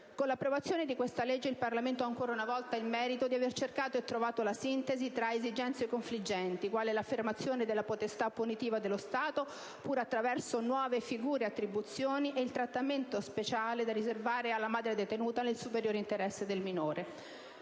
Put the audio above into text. Con l'approvazione di questo provvedimento il Parlamento ha ancora una volta il merito di aver cercato e trovato la sintesi tra esigenze confliggenti, quali l'affermazione della potestà punitiva dello Stato, pur attraverso nuove figure e attribuzioni, e il trattamento speciale da riservare alla madre detenuta nel superiore interesse del minore.